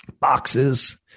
boxes